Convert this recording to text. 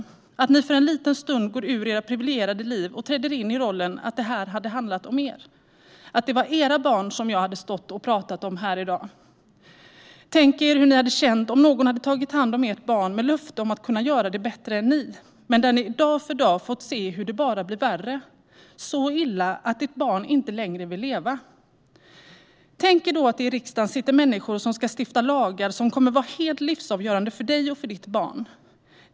Det krävs att ni för en liten stund går ur era privilegierade liv och träder in i rollen att det här handlar om er, att det är era barn som jag talar om här i dag. Tänk er hur ni hade känt om någon hade tagit hand om ert barn med löfte om att göra det bättre än ni men ni dag för dag hade fått se hur det bara blev värre - så illa att ert barn inte längre ville leva. Tänk er att det i riksdagen sitter människor som ska stifta lagar som kommer att vara helt livsavgörande för er och för ert barn.